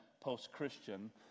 post-christian